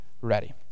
ready